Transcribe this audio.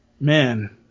man